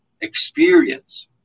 experience